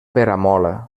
peramola